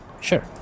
Sure